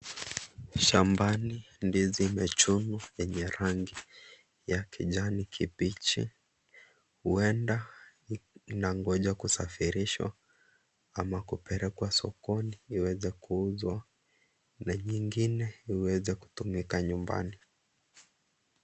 Shambani ndizi imechunwa yenye rangi ya kijani kibichi huenda inangoja kusafirishwa ama kupelekwa sokoni iweze kuuzwa na nyingine iweze kutumika nyumbani.